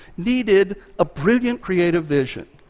needed a brilliant creative vision.